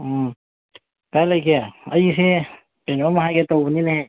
ꯎꯝ ꯀꯥꯏ ꯂꯩꯒꯦ ꯑꯩꯁꯦ ꯀꯩꯅꯣ ꯑꯃ ꯍꯥꯏꯒꯦ ꯇꯧꯕꯅꯤꯅꯦꯍꯦ